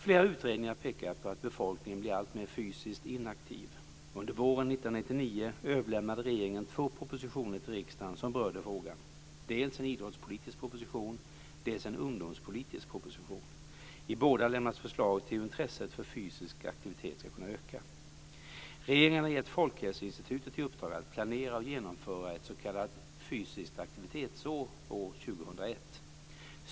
Flera utredningar har pekat på att befolkningen blir alltmer fysiskt inaktiv. Under våren 1999 överlämnade regeringen två propositioner till riksdagen som berörde frågan, dels en idrottspolitisk proposition, dels en ungdomspolitisk proposition. I båda lämnas förslag till hur intresset för fysisk aktivitet ska kunna öka. Regeringen har gett Folkhälsoinstitutet i uppdrag att planera och genomföra ett s.k. fysiskt aktivitetsår år 2001.